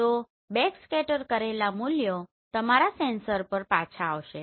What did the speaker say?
તો બેકસ્કેટર કરેલા મૂલ્યો તમારા સેન્સર પર પાછા આવશે